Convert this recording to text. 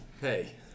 Hey